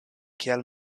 kiel